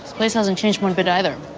place hasn't changed one bit either